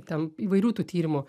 ten įvairių tų tyrimų